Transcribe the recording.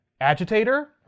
agitator